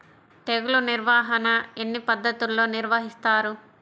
తెగులు నిర్వాహణ ఎన్ని పద్ధతుల్లో నిర్వహిస్తారు?